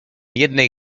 jednej